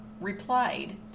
replied